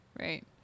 Right